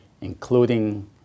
including